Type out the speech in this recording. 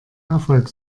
erfolg